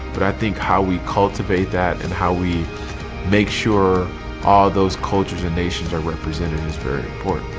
but i think how we cultivate that and how we make sure all those cultures and nations are represented is very important.